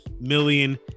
million